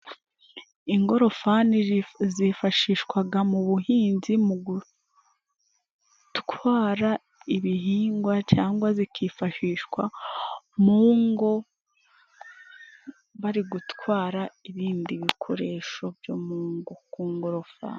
Ingorofani zifashishwaga mu buhinzi mu gutwara ibihingwa, cangwa zikifashishwa mu ngo bari gutwara ibindi bikoresho byo mu ngo ku ngorofani.